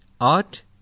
art